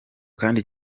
kandi